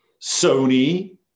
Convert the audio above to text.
Sony